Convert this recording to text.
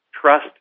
Trust